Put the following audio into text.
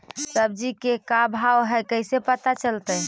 सब्जी के का भाव है कैसे पता चलतै?